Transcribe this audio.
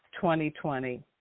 2020